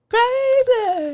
Crazy